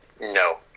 No